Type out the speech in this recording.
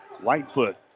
Whitefoot